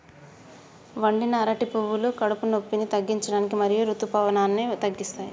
వండిన అరటి పువ్వులు కడుపు నొప్పిని తగ్గించడానికి మరియు ఋతుసావాన్ని తగ్గిస్తాయి